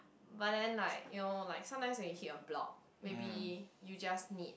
but then like you know like sometimes when you hit a block maybe you just need